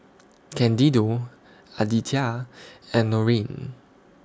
Candido Aditya and Norene